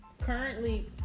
currently